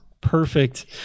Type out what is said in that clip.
perfect